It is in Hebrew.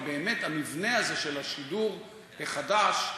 אבל המבנה הזה של השידור החדש,